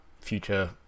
future